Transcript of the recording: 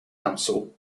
council